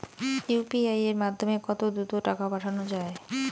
UPI এর মাধ্যমে কত দ্রুত টাকা পাঠানো যায়?